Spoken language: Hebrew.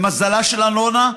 למזלה של אלונה,